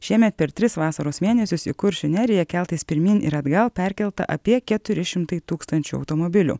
šiemet per tris vasaros mėnesius į kuršių neriją keltais pirmyn ir atgal perkelta apie keturi šimtai tūkstančių automobilių